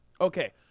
Okay